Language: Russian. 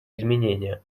изменения